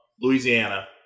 Louisiana